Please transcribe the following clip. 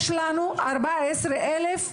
יש לנו 14 אלף מורות,